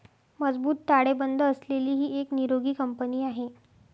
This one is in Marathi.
मजबूत ताळेबंद असलेली ही एक निरोगी कंपनी आहे